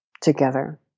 together